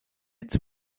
its